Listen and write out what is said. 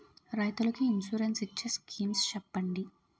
రైతులు కి ఇన్సురెన్స్ ఇచ్చే స్కీమ్స్ చెప్పండి?